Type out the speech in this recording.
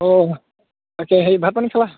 অঁ তাকে হেৰি ভাত পানী খালা